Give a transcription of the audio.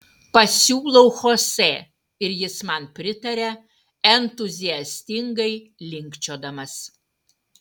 pasiūlau chosė ir jis man pritaria entuziastingai linkčiodamas